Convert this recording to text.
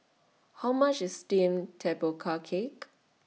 How much IS Steamed Tapioca Cake